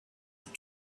and